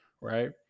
right